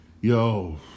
yo